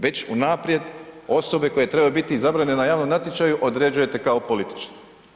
Već unaprijed osobe koje trebaju biti izabrane na javnom natječaju određujete kao politične.